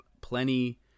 plenty